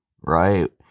right